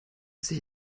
sich